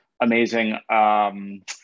amazing